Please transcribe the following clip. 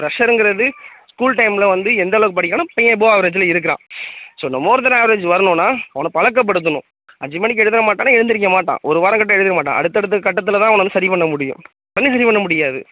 பிரஷருங்கிறது school டைமில் வந்து எந்த அளவுக்கு படிக்கிறானோ பையன் எபபோ அவரேஜில் இருக்கிறான் ஸோ நம்ம ஒருத்தரை ஆவரேஜ் வரணுன்னு அவனை பழக்க படுத்தணும் அஞ்சு மணிக்கு எழுத மாட்டான்னா எழுந்திரிக்க மாட்டான் ஒரு வாரம் கரெக்ட்டாக எழுந்திரிக்க அடுத்தடுத்து கட்டத்தில் தான் அவனை வந்து சரி பண்ண முடியும் உடனே சரி பண்ண முடியாது